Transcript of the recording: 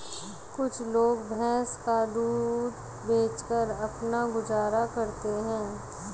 कुछ लोग भैंस का दूध बेचकर अपना गुजारा करते हैं